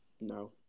No